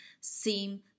seem